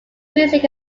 music